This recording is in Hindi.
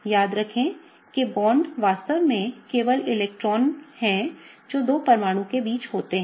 याद रखें कि बांड वास्तव में केवल इलेक्ट्रॉन हैं जो दो परमाणुओं के बीच होते हैं